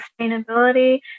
sustainability